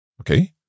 Okay